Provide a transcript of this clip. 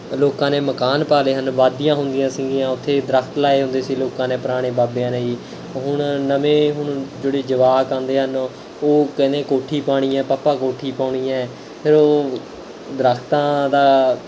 ਲੋਕਾਂ ਨੇ ਮਕਾਨ ਪਾ ਲਏ ਹਨ ਵਾਦੀਆਂ ਹੁੰਦੀਆਂ ਸੀਗੀਆਂ ਉੱਥੇ ਦਰੱਖਤ ਲਾਏ ਹੁੰਦੇ ਸੀ ਲੋਕਾਂ ਨੇ ਪੁਰਾਣੇ ਬਾਬਿਆਂ ਨੇ ਜੀ ਹੁਣ ਨਵੇਂ ਹੁਣ ਜਿਹੜੇ ਜਵਾਕ ਆਉਂਦੇ ਹਨ ਉਹ ਕਹਿੰਦੇ ਕੋਠੀ ਪਾਉਣੀ ਹੈ ਪਾਪਾ ਕੋਠੀ ਪਾਉਣੀ ਹੈ ਫਿਰ ਉਹ ਦਰੱਖਤਾਂ ਦਾ